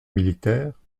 militaire